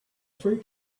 three